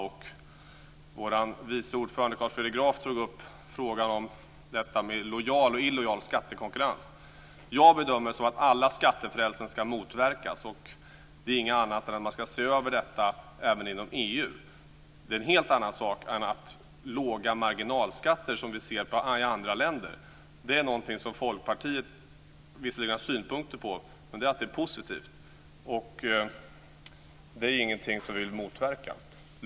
Utskottets vice ordförande Carl Fredrik Graf tog upp frågan om lojal och illojal skattekonkurrens. Som jag ser det ska alla skattefrälsen motverkas, och det är något som man bör se över även inom EU. Det är en helt annan sak än de låga marginalskatter som vi kan se i andra länder. Det är någonting som Folkpartiet visserligen har synpunkter på, men det är något positivt och inget som vi vill motverka.